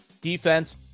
Defense